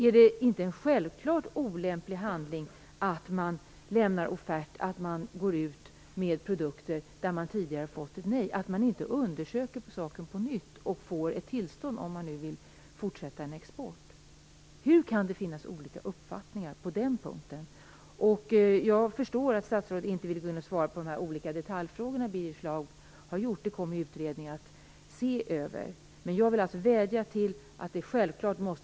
Är det inte en självklart olämplig handling att lämna offert på produkter där man tidigare fått nej, att inte undersöka saken på nytt och först skaffa tillstånd, om man nu vill fortsätta en export? Hur kan det finnas olika uppfattningar på den punkten? Jag förstår att statsrådet inte vill svara på de olika detaljfrågor som Birger Schlaug har ställt, eftersom en utredning kommer att se över detta. Men självklart måste det sägas i klartext att detta handlande är olämpligt.